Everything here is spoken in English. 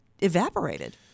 evaporated